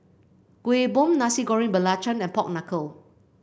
Kuih Bom Nasi Goreng Belacan and Pork Knuckle